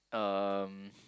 um